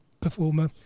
performer